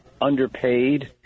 underpaid